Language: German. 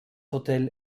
hotel